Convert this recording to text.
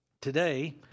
Today